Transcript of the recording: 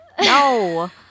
No